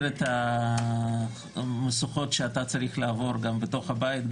את המשוכות שאתה צריך לעבור גם בתוך הבית,